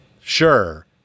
sure